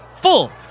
full